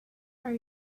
are